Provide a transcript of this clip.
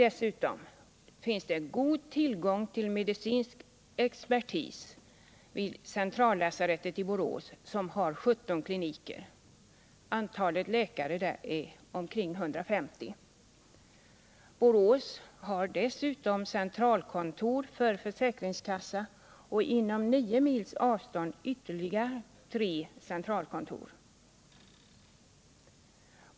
Dessutom finns god tillgång till medicinsk expertis vid centrallasarettet i Borås, som har 17 kliniker. Antalet läkare där är ca 150. Borås har dessutom centralkontor för försäkringskassa och inom nio mils avstånd ytterligare tre centralkontor.